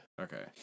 Okay